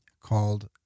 called